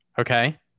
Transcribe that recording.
Okay